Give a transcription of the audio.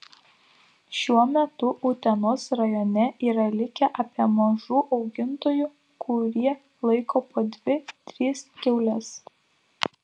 šiuo metu utenos rajone yra likę apie mažų augintojų kurie laiko po dvi tris kiaules